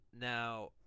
now